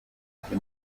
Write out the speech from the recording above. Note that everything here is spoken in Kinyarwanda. ari